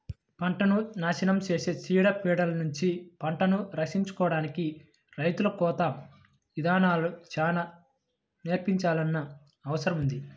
పంటను నాశనం చేసే చీడ పీడలనుంచి పంటను రక్షించుకోడానికి రైతులకు కొత్త ఇదానాలను చానా నేర్పించాల్సిన అవసరం ఉంది